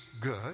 good